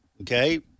okay